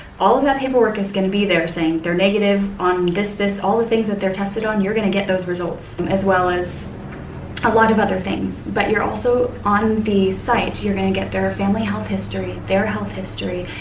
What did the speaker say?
all of that paperwork is going to be there saying their negative on this, this, all the things that they're tested on, you're going to get those results as well as a lot of other things. but you're also, on the site, you're going to get their family health history, their health history,